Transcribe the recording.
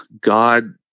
God